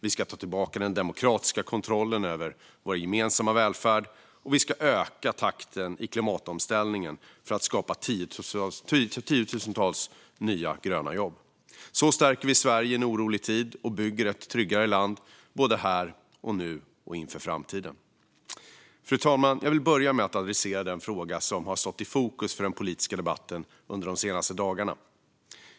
Vi ska ta tillbaka den demokratiska kontrollen över vår gemensamma välfärd. Och vi ska öka takten i klimatomställningen för att skapa tiotusentals nya gröna jobb. Så stärker vi Sverige i en orolig tid och bygger ett tryggare land, både här och nu och inför framtiden. Fru talman! Jag vill börja med att adressera den fråga som har stått i fokus för den politiska debatten under de senaste dagarna.